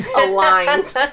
Aligned